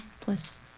plus